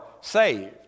saved